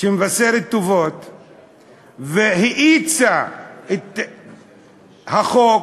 שמבשרת טובות, והאיצה את החוק,